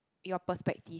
your perspective